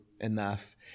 enough